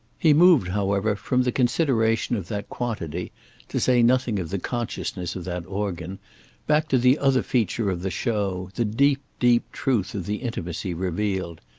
he moved, however, from the consideration of that quantity to say nothing of the consciousness of that organ back to the other feature of the show, the deep, deep truth of the intimacy revealed.